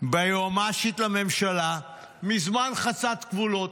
ביועמ"שית לממשלה מזמן חסרת גבולות.